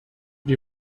die